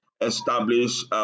establish